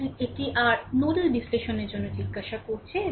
সুতরাং এটি আর নোডাল বিশ্লেষণের জন্য জিজ্ঞাসা করছে